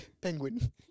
Penguin